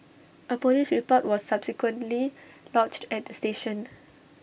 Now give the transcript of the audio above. A Police report was subsequently lodged at station